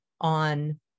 on